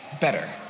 better